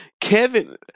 Kevin